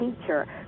teacher